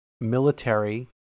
military